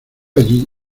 allí